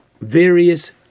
various